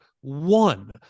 one